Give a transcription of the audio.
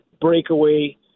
breakaway